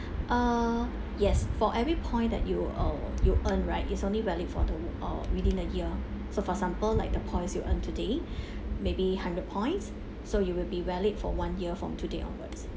uh yes for every point that you uh you earn right it's only valid for the uh within a year so for example like the points you earn today maybe hundred points so you will be valid for one year from today onwards